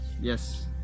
yes